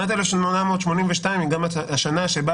שנת 1882 היא גם השנה שבה